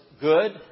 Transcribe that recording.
good